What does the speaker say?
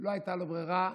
לא הייתה לו ברירה,